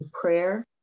prayer